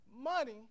money